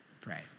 pray